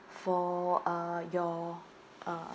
for uh your uh